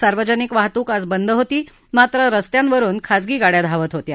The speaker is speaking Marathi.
सार्वजनिक वाहतूक आज बंद होती मात्र रस्त्यावरुन खाजगी गाडया धावत होत्या